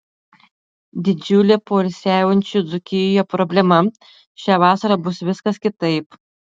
didžiulė poilsiaujančių dzūkijoje problema šią vasarą bus viskas kitaip